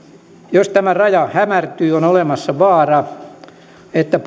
jos tämä raja hämärtyy on olemassa vaara että